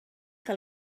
que